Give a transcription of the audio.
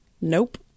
Nope